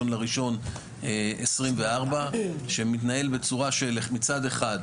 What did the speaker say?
מה-1.1.24 שמתנהל בצורה שמצד אחד,